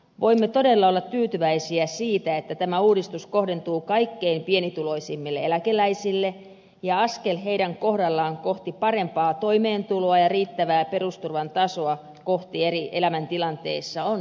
voimme todella olla tyytyväisiä siitä että tämä uudistus kohdentuu kaikkein pienituloisimmille eläkeläisille ja askel heidän kohdallaan kohti parempaa toimeentuloa ja riittävää perusturvan tasoa eri elämäntilanteissa on nyt otettu